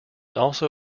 also